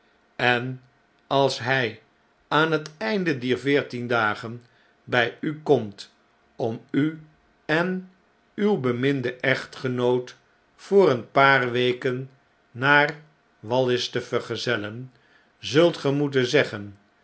en als hij aan het einde dier veertien dagen bij u komt om u en uw beminden echtgenoot voor een paar weken naar wal i s te vergezellen zult ge moeten zeggen